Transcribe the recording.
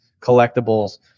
collectibles